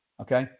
Okay